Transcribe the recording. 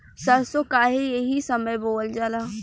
सरसो काहे एही समय बोवल जाला?